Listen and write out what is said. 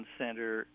center